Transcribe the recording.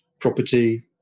property